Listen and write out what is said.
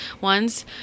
ones